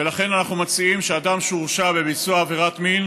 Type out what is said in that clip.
ולכן אנחנו מציעים שאשם שהורשע בביצוע עבירת מין